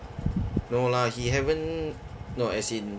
no lah he haven't no as in